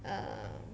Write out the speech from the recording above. err